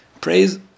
praise